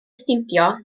stiwdio